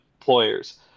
employers